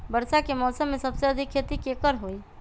वर्षा के मौसम में सबसे अधिक खेती केकर होई?